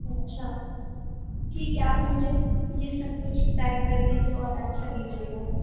اچھا ٹھیک ہے آپ مجھے یہ سب کچھ پیک کر دیجیے اور اچھا دیجیے گا